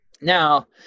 Now